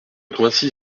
quatre